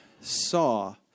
saw